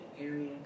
area